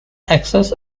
access